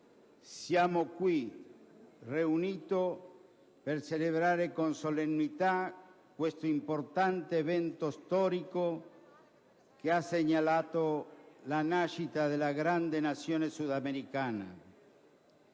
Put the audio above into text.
siamo qui riuniti per celebrare con solennità questo importante evento storico che ha segnato la nascita della grande Nazione sudamericana.